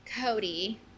Cody